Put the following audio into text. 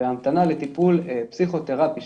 וההמתנה לטיפול פסיכותרפי,